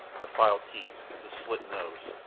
the filed teeth, the slit nose,